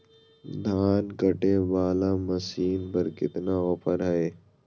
धान कटे बाला मसीन पर कितना ऑफर हाय?